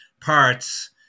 parts